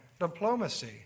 diplomacy